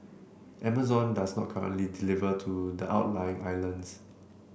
Amazon does not currently deliver to the outlying islands